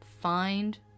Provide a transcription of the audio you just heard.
find